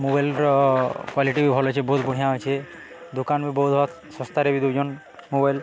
ମୋବାଇଲ୍ର କ୍ଵାଲିଟି ବି ଭଲ ଅଛେ ବହୁତ ବଢ଼ିଆଁ ଅଛେ ଦୋକାନ ବି ବହୁତ ଶସ୍ତାରେ ବି ଦଉଛନ୍ ମୋବାଇଲ୍